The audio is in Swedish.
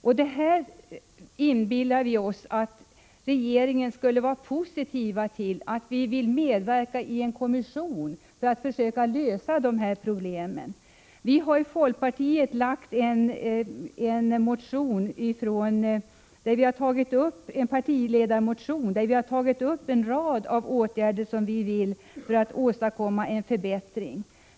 Vi inbillar oss att regeringen skall ställa sig positiv till att vi vill medverka i en kommission för att försöka lösa dessa problem. Folkpartiet har lagt fram en partimotion, vari föreslås en rad åtgärder för att åstadkomma en Prot. 1985/86:103 förbättring.